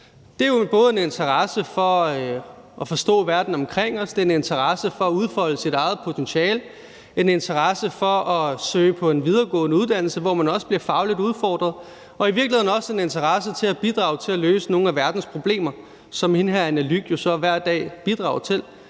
Det er jo både en interesse for at forstå verden omkring os, en interesse for at udfolde sit eget potentiale, en interesse for at søge ind på en videregående uddannelse, hvor man også bliver fagligt udfordret, og i virkeligheden også en interesse for at bidrage til at løse nogle af verdens problemer, hvilket hende her Anne Lyck Smitshuysen jo hver dag bidrager til.